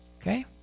Okay